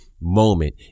moment